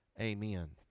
Amen